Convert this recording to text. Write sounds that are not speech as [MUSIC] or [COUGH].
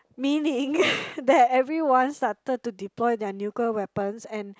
meaning [BREATH] that everyone started to deploy their nuclear weapons and